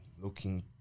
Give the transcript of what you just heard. looking